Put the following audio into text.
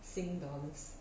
sing dollars